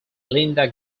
linda